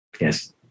Yes